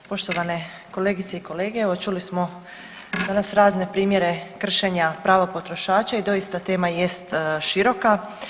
Poštovane kolegice i kolege, evo čuli smo danas razne primjere kršenja prava potrošača i doista tema jest široka.